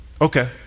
okay